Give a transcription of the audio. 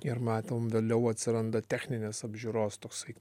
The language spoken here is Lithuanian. ir matom vėliau atsiranda techninės apžiūros toksai